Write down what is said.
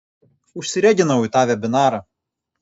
užsireginau į tą vebinarą